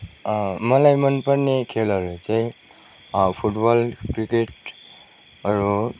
मलाई मन पर्ने खेलहरू चाहिँ फुटबल क्रिकेटहरू हो